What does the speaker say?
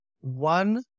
one